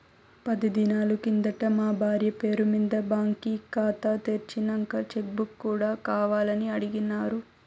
పది దినాలు కిందట మా బార్య పేరు మింద బాంకీ కాతా తెర్సినంక చెక్ బుక్ కూడా కావాలని అడిగిన్నాను